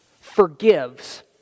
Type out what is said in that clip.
forgives